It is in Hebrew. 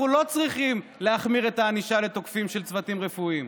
לא צריכים להחמיר את הענישה לתוקפים של צוותים רפואיים.